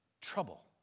Trouble